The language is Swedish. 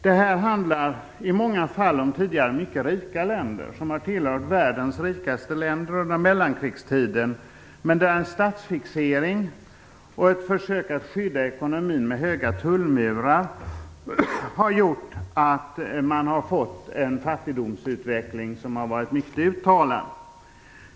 Det handlar i många fall om tidigare mycket rika länder som under mellankrigstiden tillhörde världens rikaste länder, men där en statsfixering och ett försök att skydda ekonomin med höga tullmurar har gjort att man har fått en fattigdomsutveckling som har varit mycket uttalad.